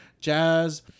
Jazz